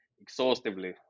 exhaustively